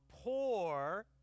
poor